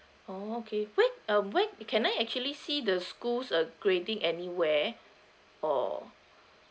oh okay whe~ where can I actually see the school's err grading anywhere oo